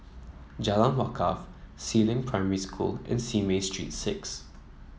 Jalan Wakaff Si Ling Primary School and Simei Street Six